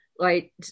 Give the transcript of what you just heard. right